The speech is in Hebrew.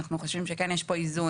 אנחנו חושבים שכן יש פה איזון